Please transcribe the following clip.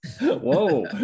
Whoa